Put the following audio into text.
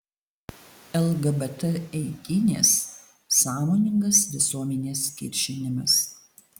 lgbt eitynės sąmoningas visuomenės kiršinimas